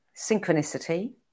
Synchronicity